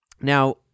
Now